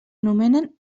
anomenen